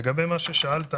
לגבי מה ששאלת,